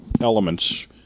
elements